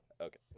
Okay